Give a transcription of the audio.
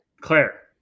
claire